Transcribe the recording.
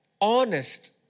honest